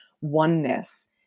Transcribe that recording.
oneness